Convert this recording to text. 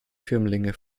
firmlinge